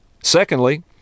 Secondly